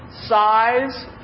size